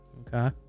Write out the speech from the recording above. Okay